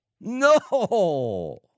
No